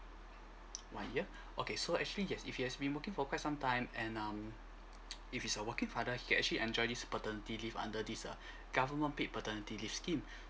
okay so actually yes if he has been working for quite some time and um if he's a working father he can actually enjoy this paternity leave under this uh government paid paternity leave scheme